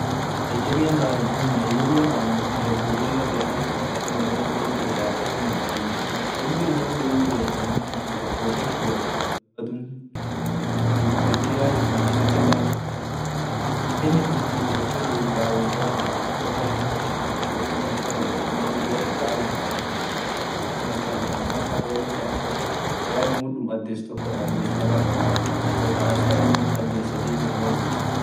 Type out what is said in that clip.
Nigeriaan banetun dado gola ten ta inama goga guracha tan jirtii dado inama gurachane dado hodituaa adun gudifete bat bokene hinjiruu woga wogaan dufaa mal gan kasaban faa boke malkana dufaa.